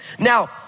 Now